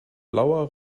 blauer